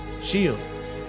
shields